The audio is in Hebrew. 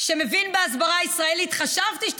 שמבין בהסברה ישראלית,